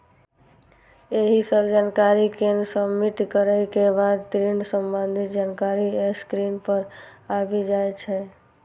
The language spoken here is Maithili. एहि सब जानकारी कें सबमिट करै के बाद ऋण संबंधी जानकारी स्क्रीन पर आबि जाइ छै